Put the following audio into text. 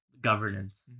governance